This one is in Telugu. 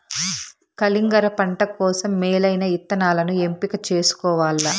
కలింగర పంట కోసం మేలైన ఇత్తనాలను ఎంపిక చేసుకోవల్ల